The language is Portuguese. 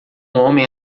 homem